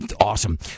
awesome